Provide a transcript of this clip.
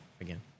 again